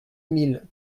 mille